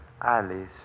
Alice